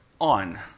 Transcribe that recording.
on